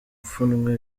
pfunwe